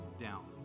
down